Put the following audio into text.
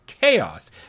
chaos